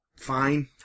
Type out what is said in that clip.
fine